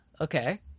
okay